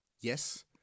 Yes